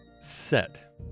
Set